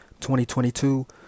2022